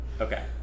okay